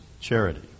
charity